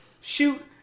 shoot